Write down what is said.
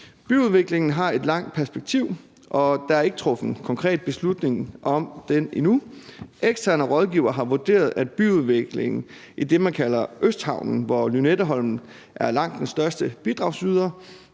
Byudviklingen har et langt perspektiv, og der er ikke truffet konkret beslutning om den endnu. Eksterne rådgivere har vurderet, at byudviklingen i det, man kalder Østhavnen, hvor Lynetteholmen er langt den største bidragsyder,